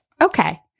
Okay